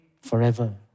forever